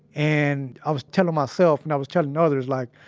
and i was telling myself and i was telling others, like,